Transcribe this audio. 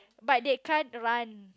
but they can't run